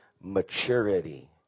Maturity